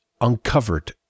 uncovered